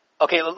okay